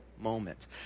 moment